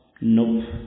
Nope